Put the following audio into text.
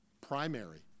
primary